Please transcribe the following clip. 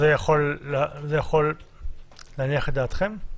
זה יכול להניח את דעתכם?